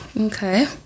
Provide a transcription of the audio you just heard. Okay